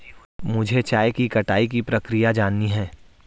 मुझे चाय की कटाई की प्रक्रिया जाननी है